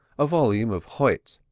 a volume of hoyt,